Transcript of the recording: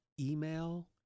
email